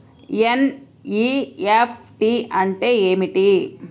NEFT అంటే ఏమిటీ?